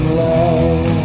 love